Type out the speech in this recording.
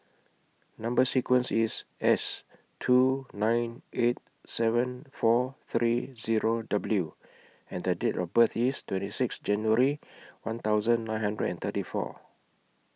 Number sequence IS S two nine eight seven four three Zero W and The Date of birth IS twenty six January one thousand nine hundred and thirty four